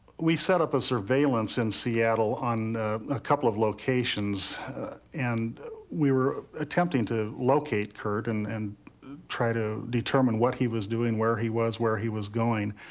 we set up a surveillance in seattle on a couple of locations and we were attempting to locate kurt and and try to determine what he was doing where he was, where he was going.